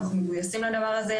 אנחנו מגויסים לדבר הזה.